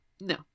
no